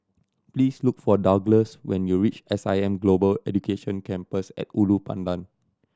please look for Douglass when you reach S I M Global Education Campus At Ulu Pandan